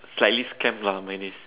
slightly scam lah minus